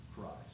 Christ